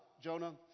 Jonah